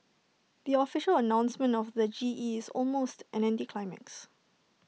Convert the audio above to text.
the official announcement of the G E is almost an anticlimax